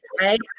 right